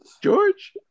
George